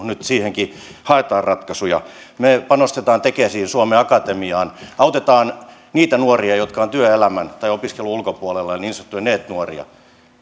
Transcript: nyt siihenkin haetaan ratkaisuja me panostamme tekesiin ja suomen akatemiaan autamme niitä nuoria jotka ovat työelämän tai opiskelun ulkopuolella eli niin sanottuja neet nuoria